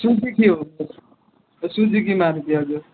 Suzuki हो Suzuki Maruti हजुर